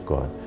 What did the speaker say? God